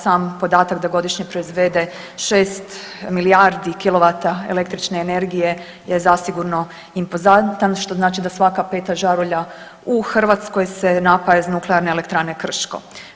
Sam podatak da godišnje proizvede 6 milijardi kilovata električne energije je zasigurno impozantan što znači da svaka 5. žarulja u Hrvatskoj se napaja iz Nuklearne elektrane Krško.